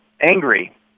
angry